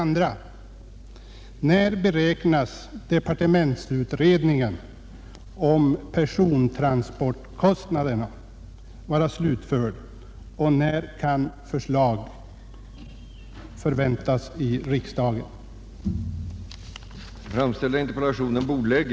När beräknas departementsutredningen om persontransportkostnaderna vara slutförd och när kan förslag till riksdagen förväntas?